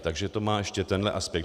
Takže to má ještě tenhle aspekt.